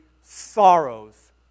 sorrows